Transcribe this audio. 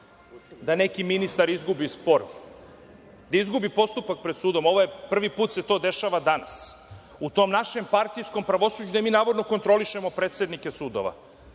da neki ministar izgubi spor, da izgubi postupak pred sudom. Prvi put se to dešava danas u tom našem partijskom pravosuđu, gde mi navodno kontrolišemo predsednike sudova.